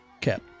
Cap